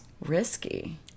Risky